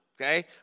Okay